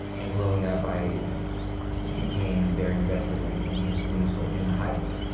and growing up, i became very invested in in his musical in the heights.